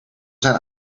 zijn